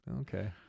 okay